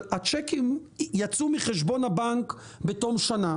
אבל הצ'קים יצאו מחשבון הבנק בתום שנה